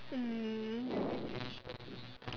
mm